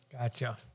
Gotcha